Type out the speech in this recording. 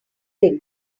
they